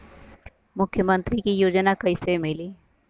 मुख्यमंत्री के योजना कइसे मिली?